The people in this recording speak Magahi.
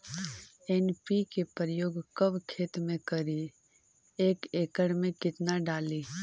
एन.पी.के प्रयोग कब खेत मे करि एक एकड़ मे कितना डाली?